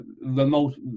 remote